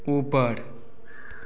ऊपर